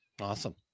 awesome